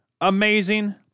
amazing